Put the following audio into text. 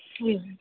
एवं